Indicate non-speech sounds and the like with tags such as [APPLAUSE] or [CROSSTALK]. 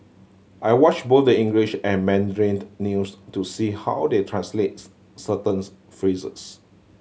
I watch both the English and Mandarin news to see how they translates certain [UNINTELLIGIBLE] phrases